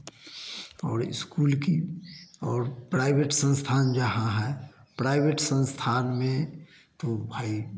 और स्कूल की और प्राइवेट संस्थान जहाँ हैं प्राइवेट संस्थान में तो भाई